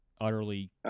utterly